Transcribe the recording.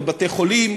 לבתי-חולים,